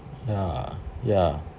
ya ya